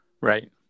right